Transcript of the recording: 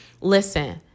Listen